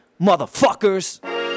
motherfuckers